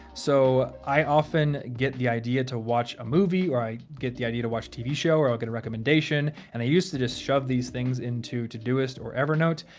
so i often get the idea to watch a movie or i get the idea to watch a tv show or i'll get a recommendation and i used to just shove these things into todoist or evernote,